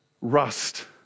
rust